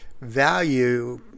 value